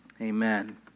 amen